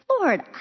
Lord